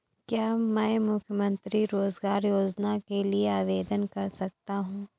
क्या मैं मुख्यमंत्री रोज़गार योजना के लिए आवेदन कर सकता हूँ?